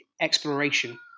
exploration